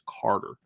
Carter